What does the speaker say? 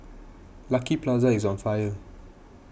Lucky Plaza is on fire